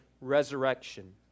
resurrection